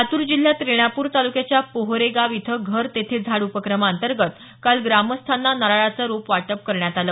लातूर जिल्ह्यात रेणापूर तालुक्याच्या पोहरेगाव इथं घर तेथे झाड उपक्रमांतर्गत काल ग्रामस्थांना नारळाचं रोप वाटप करण्यात आलं